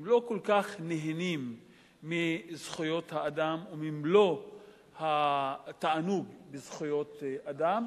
הם לא כל כך נהנים מזכויות האדם וממלוא התענוג בזכויות אדם,